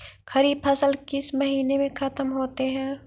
खरिफ फसल किस महीने में ख़त्म होते हैं?